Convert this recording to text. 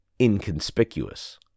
inconspicuous